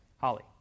Holly